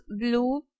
blue